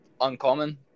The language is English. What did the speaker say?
uncommon